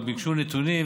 אבל ביקשו נתונים,